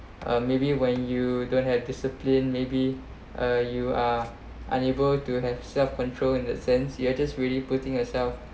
uh maybe when you don't have discipline maybe uh you are unable to have self control in a sense you are just really putting yourself